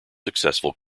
successful